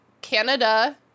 Canada